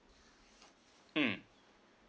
hmm